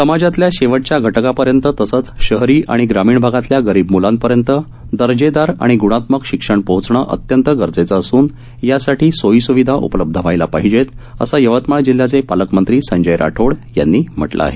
समाजातल्या शेवटच्या घटकांपर्यंत तसंच शहरी आणि ग्रामीण भागातल्या गरीब मुलांपर्यंत दर्जेदार आणि ग्णात्मक शिक्षण पोहचणं अत्यंत गरजेचं असून यासाठी सोयीसुविधा उपलब्ध व्हायला पाहिजेत असं यवतमाळ जिल्ह्याचे पालकमंत्री संजय राठोड यांनी म्हटलं आहे